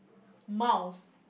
mouse